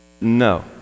No